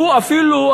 שהוא אפילו,